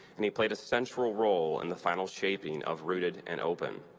and he played a central role in the final shaping of rooted and open,